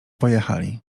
pojechali